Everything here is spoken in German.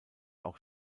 auch